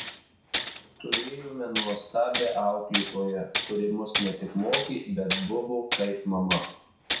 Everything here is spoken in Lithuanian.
turėjome nuostabią auklėtoją kuri mus ne tik mokė bet buvo kaip mama